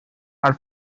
are